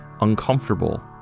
uncomfortable